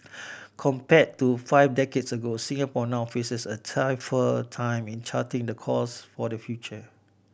compared to five decades ago Singapore now faces a tougher time in charting the course for the future